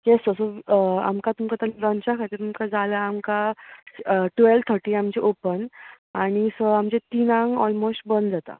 येस sir so आमकां तुमकां लंचा खातीर बी खंय जाय जाल्यार आमकां टुवेल थर्टी आमचें ऑपन आनी सो आमचें तिनाक ओलमोस्ट बंद जाता